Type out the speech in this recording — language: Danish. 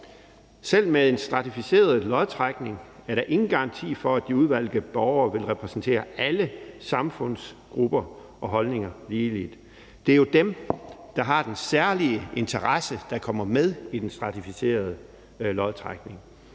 Selv med en stratificeret lodtrækning er der ingen garanti for, at de udvalgte borgere vil repræsentere alle samfundsgrupper og holdninger ligeligt; det er jo dem, der har den særlige interesse, der kommer med i den stratificerede lodtrækning,